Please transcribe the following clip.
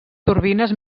turbines